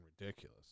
ridiculous